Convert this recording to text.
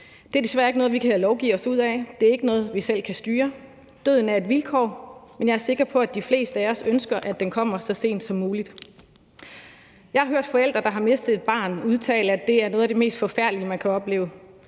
Det er desværre ikke noget, vi kan lovgive os ud af; det er ikke noget, vi selv kan styre. Døden er et vilkår, men jeg er sikker på, at de fleste af os ønsker, at den kommer så sent som muligt. Jeg har hørt forældre, der har mistet et barn, udtale, at det er noget af det mest forfærdelige, man kan opleve.